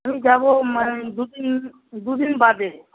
আমি যাব মানে ওই দু তিন দুদিন বাদে